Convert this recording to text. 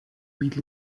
být